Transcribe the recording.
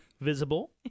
visible